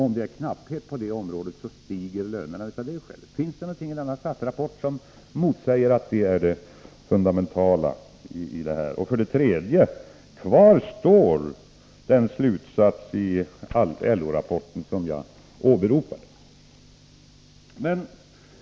Om det råder knapphet på det området, stiger lönerna av det skälet. Finns det någonting i denna SAF-rapport som motsäger att detta är det fundamentala? Kvar står för det tredje den slutsats i LO-rapporten som jag åberopade.